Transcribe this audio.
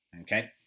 Okay